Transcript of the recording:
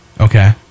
Okay